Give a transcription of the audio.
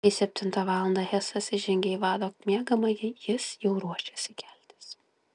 kai septintą valandą hesas įžengė į vado miegamąjį jis jau ruošėsi keltis